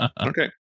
Okay